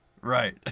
Right